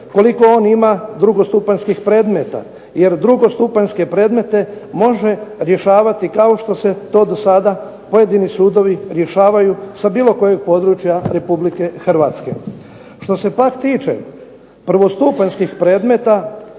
koliko on ima drugostupanjskih predmeta. Jer drugostupanjske predmete može rješavati kao što se to dosada pojedini sudovi rješavaju sa bilo kojeg područja RH. Što se pak tiče prvostupanjskih predmeta